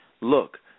Look